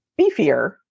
beefier